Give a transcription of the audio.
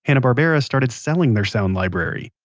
hanna-barbera started selling their sound library.